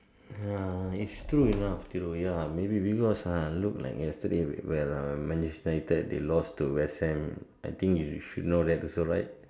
ya it's true enough true ya maybe we were viewers look like yesterday where Manchester United that they lost to West Ham I think you should know that also right